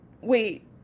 wait